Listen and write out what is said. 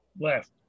left